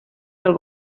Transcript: del